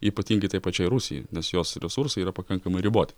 ypatingai tai pačiai rusijai nes jos resursai yra pakankamai riboti